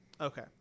Okay